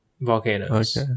Volcanoes